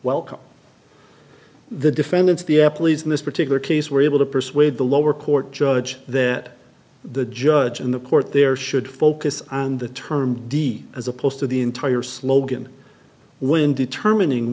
welcome the defendants the employees in this particular case were able to persuade the lower court judge that the judge in the court there should focus on the term d as opposed to the entire slogan when determining